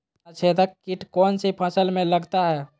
तनाछेदक किट कौन सी फसल में लगता है?